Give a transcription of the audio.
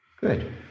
Good